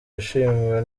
yishimiwe